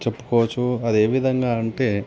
చెప్పుకోవచ్చు అది ఏ విధంగా అంటే